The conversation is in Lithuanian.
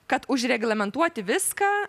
kad užreglamentuoti viską